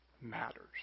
matters